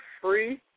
free